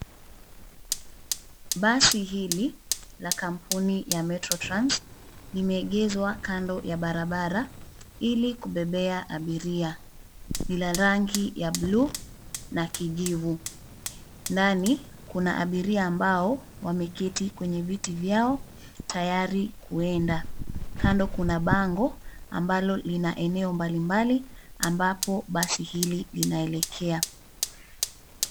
Basi hili la kampuni ya Metrotrans limeegezwa kando ya barabara ili kubebea abiria. Ni la rangi ya bluu na kijivu. Ndani kuna abiria ambao wameketi kwenye viti vyao tayari kuenda. Kando kuna bango ambalo lina eneo mbali mbali ambapo basi ili linaelekea.